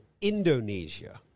Indonesia